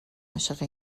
عاشق